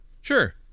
Sure